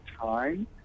time